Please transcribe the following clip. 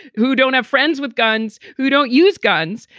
who don't have friends with guns, who don't use guns?